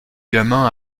gamin